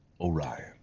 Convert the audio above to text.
Orion